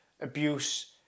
abuse